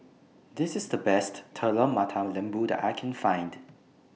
This IS The Best Telur Mata Lembu that I Can Find